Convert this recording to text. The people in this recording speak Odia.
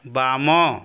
ବାମ